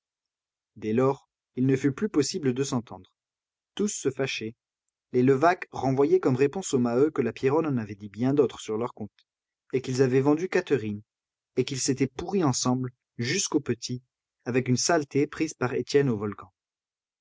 dès lors il ne fut plus possible de s'entendre tous se fâchaient les levaque renvoyaient comme réponse aux maheu que la pierronne en avait dit bien d'autres sur leur compte et qu'ils avaient vendu catherine et qu'ils s'étaient pourris ensemble jusqu'aux petits avec une saleté prise par étienne au volcan